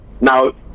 now